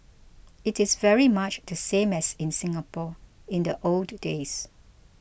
it is very much the same as in Singapore in the old days